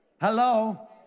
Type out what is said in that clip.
hello